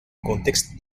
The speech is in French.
contexte